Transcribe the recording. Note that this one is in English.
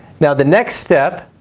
now the next step,